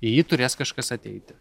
į jį turės kažkas ateiti